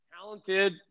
talented